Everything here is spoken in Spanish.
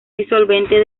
disolvente